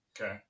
Okay